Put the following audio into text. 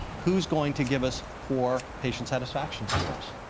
who's going to give us poor patient satisfaction scores.